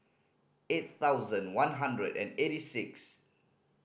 eight thousand one hundred and eighty six